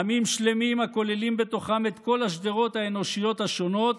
עמים שלמים הכוללים בתוכם את כל השדרות האנושיות השונות